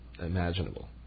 imaginable